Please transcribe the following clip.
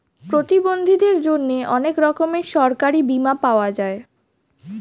প্রতিবন্ধীদের জন্যে অনেক রকমের সরকারি বীমা পাওয়া যায়